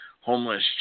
homeless